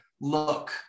look